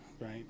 right